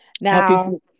Now